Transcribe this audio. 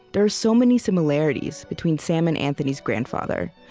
there are so many similarities between sam and anthony's grandfather.